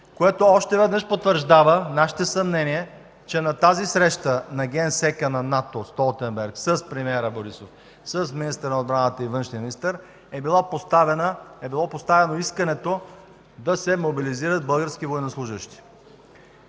което още веднъж потвърждава съмненията ни, че на срещата на генсека на НАТО Столтенберг с премиера Борисов, с министъра на отбраната и с външния министър е било поставено искането да се мобилизират български военнослужещи.